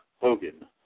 Hogan